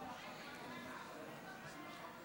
חוק העונשין (תיקון מס'